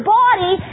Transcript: body